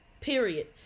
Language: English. Period